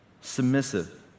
submissive